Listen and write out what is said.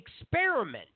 experiment